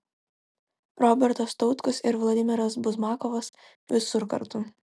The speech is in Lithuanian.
robertas tautkus ir vladimiras buzmakovas visur kartu